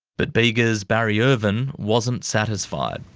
but bega's barry irvin wasn't satisfied.